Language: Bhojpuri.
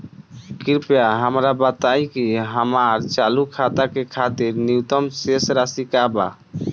कृपया हमरा बताइ कि हमार चालू खाता के खातिर न्यूनतम शेष राशि का बा